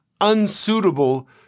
unsuitable